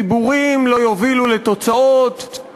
דיבורים לא יובילו לתוצאות,